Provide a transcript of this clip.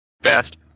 best